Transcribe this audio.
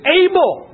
able